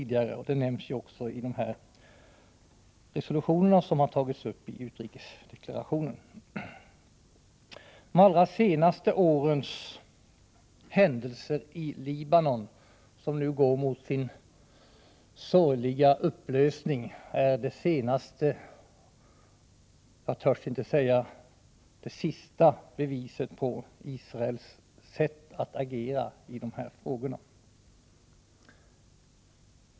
Det nämns också i de resolutioner som har tagits upp i utrikesdeklarationen. De allra senaste årens händelser i Libanon, som nu går mot sin sorgliga upplösning, är det senaste — jag törs inte säga det sista — exemplet på Israels sätt att agera i de här frågorna.